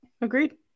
Agreed